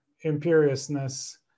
imperiousness